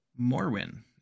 Morwin